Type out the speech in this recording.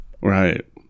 Right